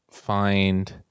Find